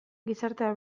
gizartea